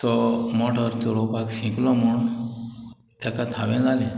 तो मोटोर चोलोवपाक शिकलो म्हूण तेका थावें जालें